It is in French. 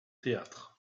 théâtre